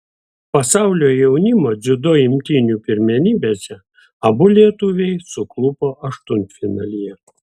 pasaulio jaunimo dziudo imtynių pirmenybėse abu lietuviai suklupo aštuntfinalyje